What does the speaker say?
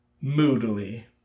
Moodily